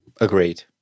Agreed